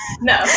No